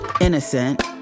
innocent